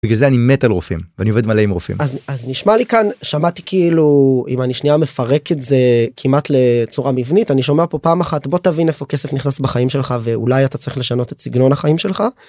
בגלל זה אני מת על רופאים ואני עובד מלא עם רופאים אז נשמע לי כאן שמעתי כאילו אם אני שנייה מפרק את זה כמעט לצורה מבנית אני שומע פה פעם אחת בוא תבין איפה כסף נכנס בחיים שלך ואולי אתה צריך לשנות את סגנון החיים שלך...